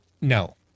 no